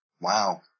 Wow